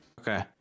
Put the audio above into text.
Okay